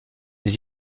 des